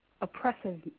oppressive